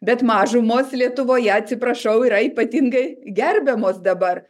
bet mažumos lietuvoje atsiprašau yra ypatingai gerbiamos dabar